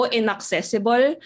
inaccessible